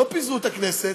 לא פיזרו את הכנסת.